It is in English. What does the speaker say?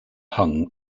hung